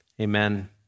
amen